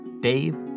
Dave